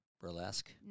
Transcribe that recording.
Burlesque